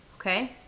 okay